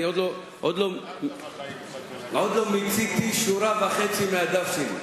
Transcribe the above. עוד לא מיציתי שורה וחצי מהדף שלי.